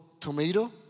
tomato